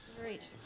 Great